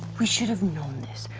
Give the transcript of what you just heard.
we should've known this.